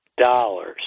dollars